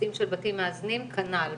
בנושאים של בתים מאזנים כנ"ל,